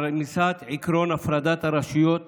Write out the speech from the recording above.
על רמיסת עקרון הפרדת הרשויות